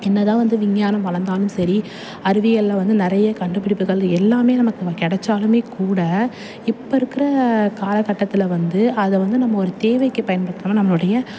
என்ன தான் வந்து விஞ்ஞானம் வளர்ந்தாலும் சரி அறிவியலில் வந்து நிறைய கண்டுபிடிப்புகள் எல்லாம் நமக்கு இங்கே கிடச்சாலுமே கூட இப்போ இருக்கிற காலகட்டத்தில் வந்து அதை வந்து நம்ம ஒரு தேவைக்கு பயன்படுத்தாமல் நம்மளுடைய